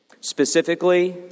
Specifically